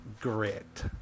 Grit